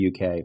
UK